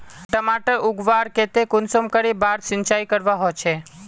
टमाटर उगवार केते कुंसम करे बार सिंचाई करवा होचए?